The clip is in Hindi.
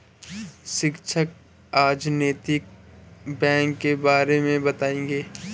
शिक्षक आज नैतिक बैंक के बारे मे बताएँगे